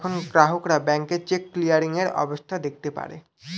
এখন গ্রাহকরা ব্যাংকে চেক ক্লিয়ারিং এর অবস্থা দেখতে পারে